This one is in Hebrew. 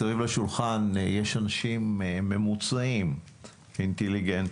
מסביב לשולחן יש אנשים ממוצעים ואינטליגנטיים,